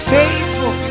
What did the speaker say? faithful